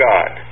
God